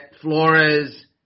Flores